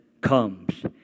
comes